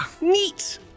Neat